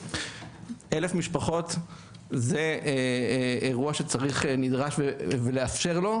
1,000 משפחות זה אירוע שנדרש לאפשר לו,